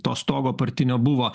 to stogo partinio buvo